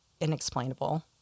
inexplainable